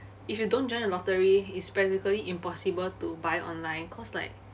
if you don't join the lottery it's practically impossible to buy online cause like